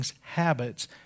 Habits